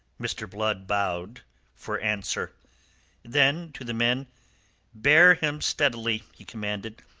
mr. blood bowed for answer then to the men bear him steadily, he commanded.